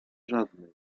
żadnej